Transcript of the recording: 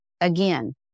again